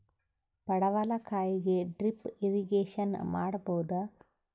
ಪಡವಲಕಾಯಿಗೆ drip irrigation ಮಾಡಬೋದ?